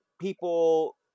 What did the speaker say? people